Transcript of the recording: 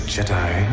Jedi